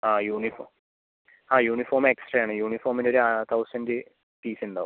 ആ യൂണിഫോം ആ uniform extra ആണ് യൂണിഫോമിന് ഒര് തൗസൻഡ് ഫീസ് ഉണ്ടാവും